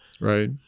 Right